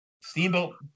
Steamboat